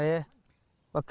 yeah well